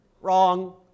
wrong